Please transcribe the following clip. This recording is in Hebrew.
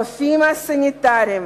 רופאים סניטרים,